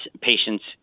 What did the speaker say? patients